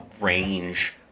range